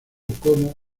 como